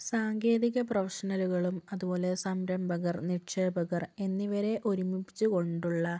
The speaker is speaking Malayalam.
സാങ്കേതിക പ്രൊഫഷണലുകളും അതുപോലെ സംരംഭകർ നിക്ഷേപകർ എന്നിവരെ ഒരുമിപ്പിച്ചു കൊണ്ടുള്ള